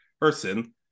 person